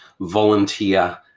volunteer